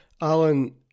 Alan